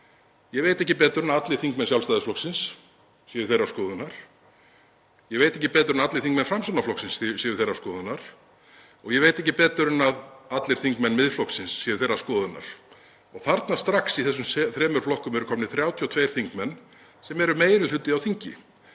Ég veit ekki betur en að allir þingmenn Sjálfstæðisflokksins séu þeirrar skoðunar. Ég veit ekki betur en að allir þingmenn Framsóknarflokksins séu þeirrar skoðunar. Ég veit ekki betur en að allir þingmenn Miðflokksins séu þeirrar skoðunar og þarna strax í þessum þremur flokkum eru komnir 32 þingmenn sem er meiri hluti á þingi.